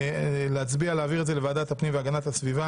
להצביע על להעביר את לוועדת הפנים והגנת הסביבה.